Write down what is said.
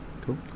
cool